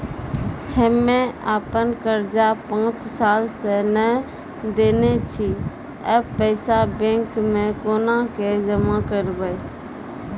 हम्मे आपन कर्जा पांच साल से न देने छी अब पैसा बैंक मे कोना के जमा करबै?